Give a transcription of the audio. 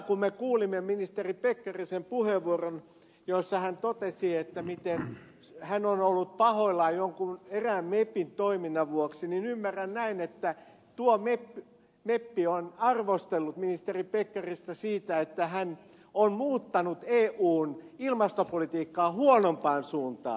kun me kuulimme täällä ministeri pekkarisen puheenvuoron jossa hän totesi miten hän on ollut pahoillaan erään mepin toiminnan vuoksi niin ymmärrän näin että tuo meppi on arvostellut ministeri pekkarista siitä että hän on muuttanut eun ilmastopolitiikkaa huonompaan suuntaan